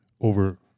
over